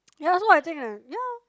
ya so I think eh yeah